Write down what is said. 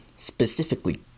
specifically